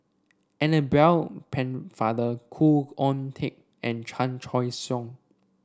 Annabel Pennefather Khoo Oon Teik and Chan Choy Siong